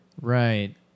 Right